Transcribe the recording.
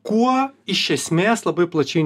kuo iš esmės labai plačiai